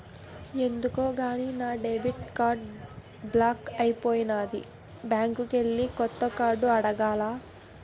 ఎందుకో గాని నా డెబిట్ కార్డు బ్లాక్ అయిపోనాది బ్యాంకికెల్లి కొత్త కార్డు అడగాల